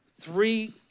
three